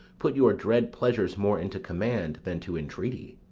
put your dread pleasures more into command than to entreaty.